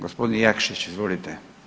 Gospodin Jakšić, izvolite.